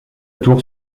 tour